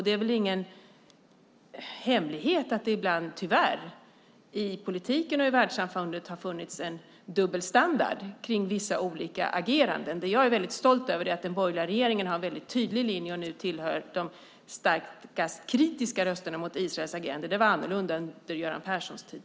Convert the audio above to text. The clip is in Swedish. Det är väl ingen hemlighet att det ibland, tyvärr, i politiken och i världssamfundet har funnits en dubbel standard kring vissa olika ageranden. Det är jag är väldigt stolt över är att den borgerliga regeringen har en väldigt tydlig linje och nu tillhör de starkast kritiska rösterna mot Israels agerande. Det var annorlunda under Göran Perssons tid.